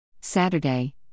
Saturday